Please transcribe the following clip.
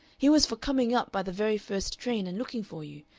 he was for coming up by the very first train and looking for you,